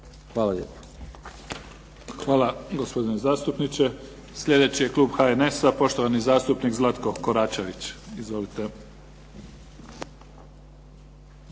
Neven (SDP)** Hvala gospodine zatupniče. Sljedeći je klub HNS-a, poštovani zastupnik Zlatko Koračević. Izvolite.